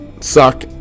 suck